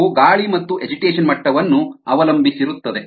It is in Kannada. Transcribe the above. ಅವು ಗಾಳಿ ಮತ್ತು ಅಜಿಟೇಷನ್ ಮಟ್ಟವನ್ನು ಅವಲಂಬಿಸಿರುತ್ತದೆ